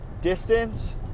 distance